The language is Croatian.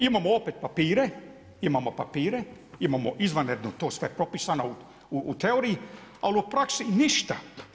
Imamo opet papire, imamo papire, imamo izvanredno to sve propisno u teoriji ali u praksi ništa.